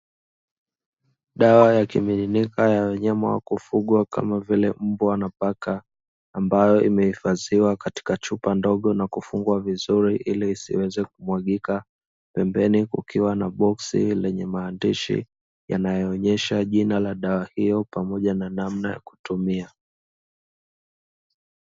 Dawa ya kimiminika ya wanyama wa kufugwa kama vile mbwa na paka ambayo imehifadhiwa katika chupa ndogo na kufungwa vizuri ili isiweze kumwagika, pembeni kukiwa na boksi lenye maandishi yanayoonyesha jina la dawa hiyo pamoja na namna ya kutumia.